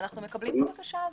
ואנו מקבלים את הבקשה הזאת.